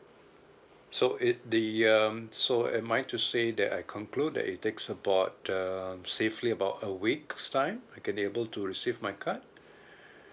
so it the um so am I to say that I conclude that it takes about um safely about a week's time I can able to receive my card